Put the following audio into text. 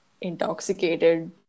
intoxicated